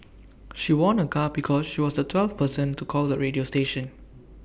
she won A car because she was the twelfth person to call the radio station